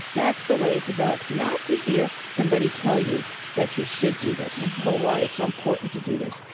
that's the way it develops, not to hear somebody tell you that you should do this or why it's so important to do this,